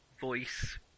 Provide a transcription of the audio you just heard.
voice